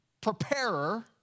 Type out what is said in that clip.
preparer